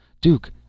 Duke